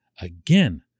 again